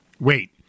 Wait